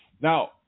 Now